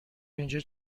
اینجا